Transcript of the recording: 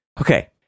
Okay